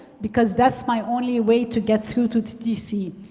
because that's my only way to get through to ttc.